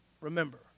remember